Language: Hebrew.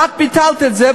ואת ביטלת את זה,